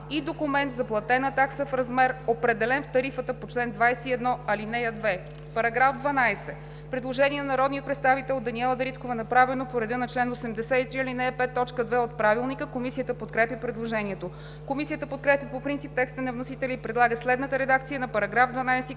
и документ за платена такса в размер, определен в тарифата по чл. 21, ал. 2.“ По § 12 има предложение на народния представител Даниела Дариткова, направено по реда на чл. 83, ал. 5, т. 2 от Правилника. Комисията подкрепя предложението. Комисията подкрепя по принцип текста на вносителя и предлага следната редакция на § 12,